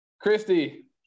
Christy